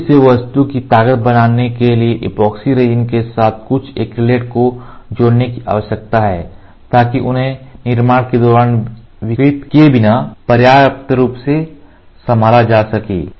तेजी से वस्तु की ताकत बनाने के लिए ऐपोक्सी रेजिन के साथ कुछ एक्रिलेट को जोड़ने की आवश्यकता है ताकि उन्हें निर्माण के दौरान विकृत किए बिना पर्याप्त रूप से संभाला जा सके